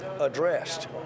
addressed